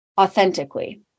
authentically